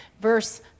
Verse